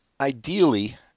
Ideally